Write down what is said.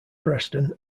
preston